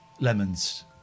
lemons